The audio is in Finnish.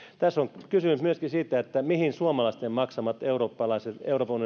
tässä on kysymys myöskin siitä mihin suomalaisten maksamat euroopan